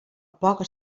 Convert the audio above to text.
poca